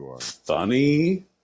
funny